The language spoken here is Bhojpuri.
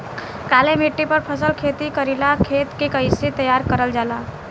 काली मिट्टी पर फसल खेती करेला खेत के कइसे तैयार करल जाला?